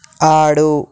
ఆడు